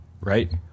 Right